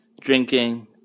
drinking